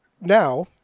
Now